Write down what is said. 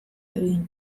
egin